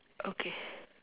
okay